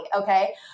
Okay